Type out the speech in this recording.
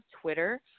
Twitter